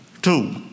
Two